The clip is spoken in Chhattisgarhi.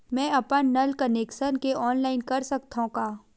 मैं अपन नल कनेक्शन के ऑनलाइन कर सकथव का?